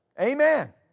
Amen